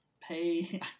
pay